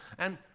and